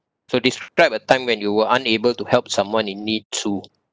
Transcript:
so describe a time when you were unable to help someone in need to